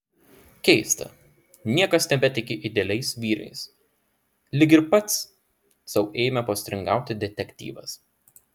keista niekas nebetiki idealiais vyrais lyg ir pats sau ėmė postringauti detektyvas